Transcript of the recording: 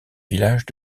villages